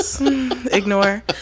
ignore